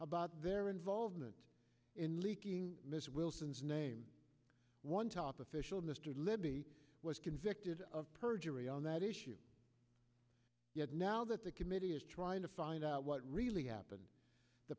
about their involvement in leaking mrs wilson's name one top official mr libby was convicted of perjury on that issue yet now that the committee is trying to find out what really happened the